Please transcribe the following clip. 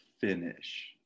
finish